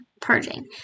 purging